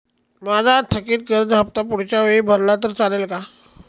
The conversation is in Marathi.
माझा थकीत कर्ज हफ्ता पुढच्या वेळी भरला तर चालेल का?